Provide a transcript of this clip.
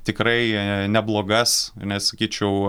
tikrai neblogas net sakyčiau